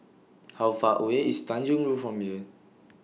How Far away IS Tanjong Rhu from here